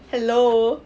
hello